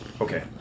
Okay